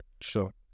sure